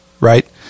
right